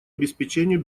обеспечению